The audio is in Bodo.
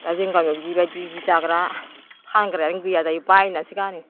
दा जोंनि गामियाव बिदि बायदि जि दाग्रा फानग्रायानो गैया दायो बायनानैसो गानो